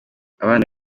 abana